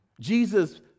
Jesus